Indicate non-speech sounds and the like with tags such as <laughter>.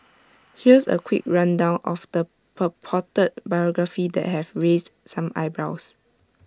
<noise> here's A quick rundown of the purported biography that have raised some eyebrows